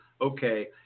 okay